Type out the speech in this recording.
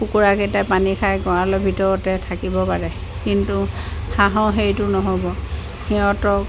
কুকুৰাকেইটাই পানী খাই গঁৰালৰ ভিতৰতে থাকিব পাৰে কিন্তু হাঁহক সেইটো নহ'ব সিহঁতক